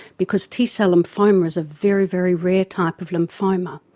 because t-cell lymphoma is a very, very rare type of lymphoma.